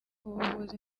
ubuvuzi